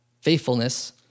faithfulness